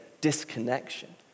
disconnection